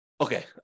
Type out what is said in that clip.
Okay